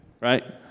right